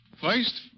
First